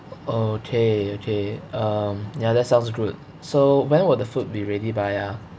okay okay um ya that sounds good so when would the food be ready by ah